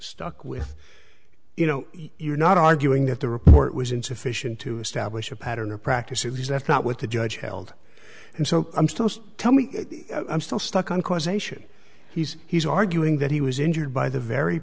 stuck with you know you're not arguing that the report was insufficient to establish a pattern or practice at least that's not what the judge held and so i'm still tell me i'm still stuck on causation he's he's arguing that he was injured by the very